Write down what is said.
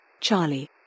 Charlie